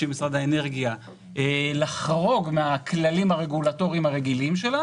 במשרד האנרגיה לחרוג מן הכללים הרגולטוריים הרגילים שלה